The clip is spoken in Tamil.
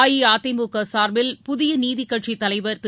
அஇஅதிமுக சார்பில் புதிய நீதிக் கட்சித் தலைவர் திரு